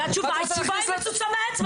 זאת תשובה מצוצה מהאצבע.